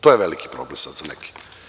To je veliki problem sada za neke.